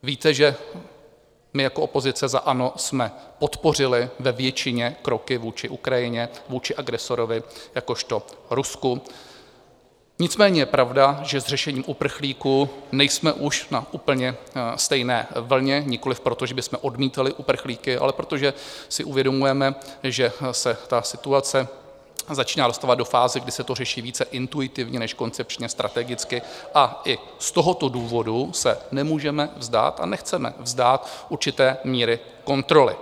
Víte, že my jako opozice za ANO jsme podpořili ve většině kroky vůči Ukrajině, vůči agresorovi jakožto Rusku, nicméně je pravda, že s řešením uprchlíků nejsme už na úplně stejné vlně, nikoliv proto, že bychom odmítali uprchlíky, ale protože si uvědomujeme, že se ta situace začíná dostávat do fáze, kdy se to řeší více intuitivně než koncepčně, strategicky, a i z tohoto důvodu se nemůžeme vzdát a nechceme vzdát určité míry kontroly.